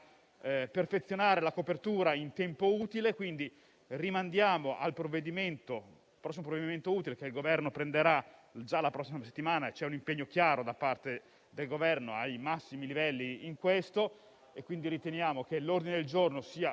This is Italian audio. perfezionare la copertura in tempo utile. Quindi rimandiamo al prossimo provvedimento utile, che il Governo prenderà già la prossima settimana: su questo c'è un impegno chiaro da parte del Governo ai massimi livelli. Riteniamo dunque che l'ordine il giorno sia